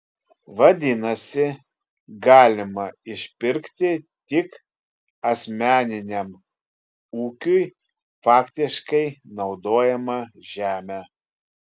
vadinasi galima išpirkti tik asmeniniam ūkiui faktiškai naudojamą žemę